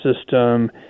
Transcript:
system